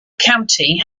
county